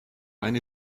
eine